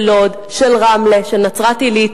של לוד, של רמלה, של נצרת-עילית.